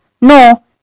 No